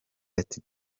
ati